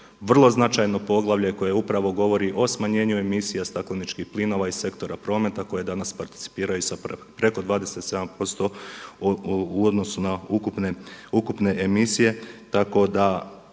vrlo značajno poglavlje koje upravo govori o smanjenju emisija stakleničkih plinova iz sektora prometa koje danas participiraju sa preko 27% u odnosu na ukupne emisije,